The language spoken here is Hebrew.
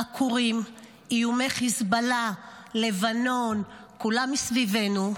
עקורים, איומי חיזבאללה, לבנון, כולם מסביבנו,